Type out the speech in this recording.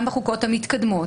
גם בחוקות המתקדמות,